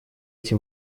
эти